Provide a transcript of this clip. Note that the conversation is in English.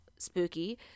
spooky